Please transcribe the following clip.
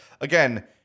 Again